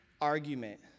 argument